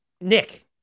Nick